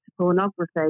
pornography